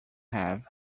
have